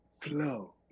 flow